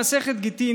במסכת גיטין,